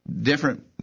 different